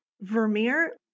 Vermeer